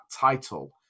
title